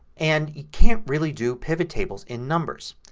and you can't really do pivot tables in numbers.